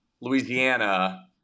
Louisiana